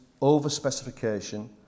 over-specification